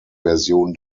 version